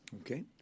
Okay